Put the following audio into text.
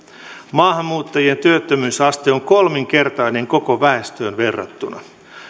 maahanmuuttajien työttömyysaste on kolminkertainen koko väestöön verrattuna